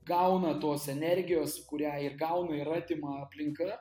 gauna tos energijos kurią ir gauna ir atima aplinka